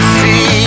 see